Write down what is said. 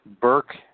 Burke